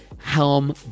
Helm